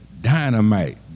Dynamite